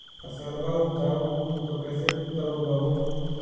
फसलबा उपजाऊ हू तो कैसे तौउलब हो?